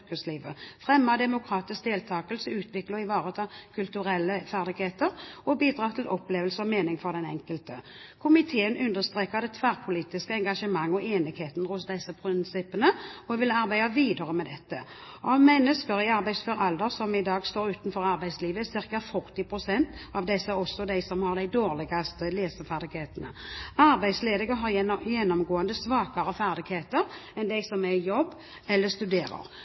fremme demokratisk deltakelse, utvikle og ivareta kulturelle ferdigheter og bidra til opplevelse og mening for den enkelte. Komiteen understreker det tverrpolitiske engasjementet og enigheten rundt disse prinsippene, og vil arbeide videre med dette. Av mennesker i arbeidsfør alder som i dag står utenfor arbeidslivet, er ca. 40 pst. av disse også de som har de dårligste leseferdighetene. Arbeidsledige har gjennomgående svakere ferdigheter enn de som er i jobb eller studerer.